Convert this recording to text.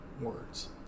words